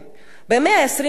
במאה ה-21,